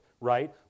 right